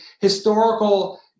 historical